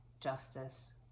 justice